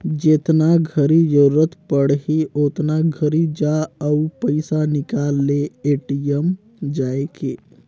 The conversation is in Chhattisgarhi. जेतना घरी जरूरत पड़ही ओतना घरी जा अउ पइसा निकाल ले ए.टी.एम जायके